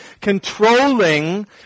controlling